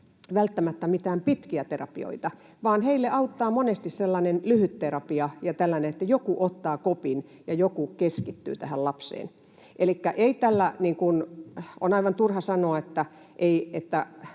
välttämättä mitään pitkiä terapioita vaan heille auttaa monesti sellainen lyhytterapia ja tällainen, että joku ottaa kopin ja joku keskittyy tähän lapseen. Elikkä on aivan turha sanoa, että